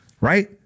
right